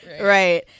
Right